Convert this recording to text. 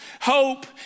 Hope